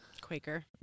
Quaker